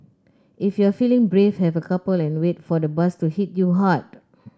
if you're feeling brave have a couple and wait for the buzz to hit you hard